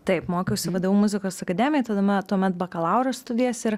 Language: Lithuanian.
taip mokiausi vdu muzikos akademijoj tada ma tuomet bakalauro studijas ir